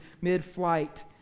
mid-flight